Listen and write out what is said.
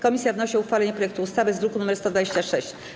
Komisja wnosi o uchwalenie projektu ustawy z druku nr 126.